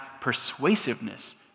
persuasiveness